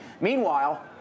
Meanwhile